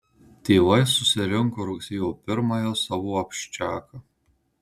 tėvai susirinko rugsėjo pirmąją savo abščiaką